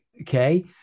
Okay